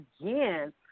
again